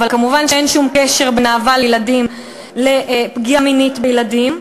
אבל כמובן אין שום קשר בין אהבה לילדים לפגיעה מינית בילדים.